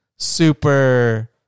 super